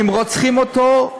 אם רוצחים אותו,